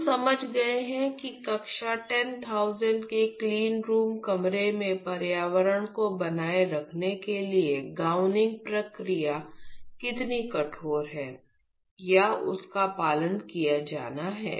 हम समझ गए हैं कि कक्षा 10000 के क्लीन रूम कमरे में पर्यावरण को बनाए रखने के लिए गाउनिंग प्रक्रिया कितनी कठोर है या उसका पालन किया जाना है